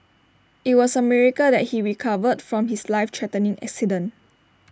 IT was A miracle that he recovered from his life threatening accident